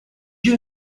you